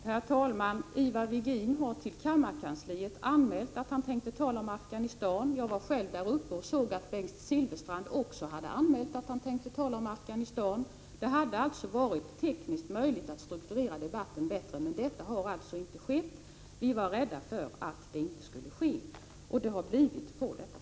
Herr talman! Ivar Virgin har till kammarkansliet anmält att han tänkte tala om Afghanistan. Jag var själv där och såg att Bengt Silfverstrand också hade anmält att han tänkte tala om Afghanistan. Det hade alltså varit tekniskt möjligt att strukturera debatten bättre, men det har inte skett. Vi var rädda för att det inte skulle ske, och det har blivit så.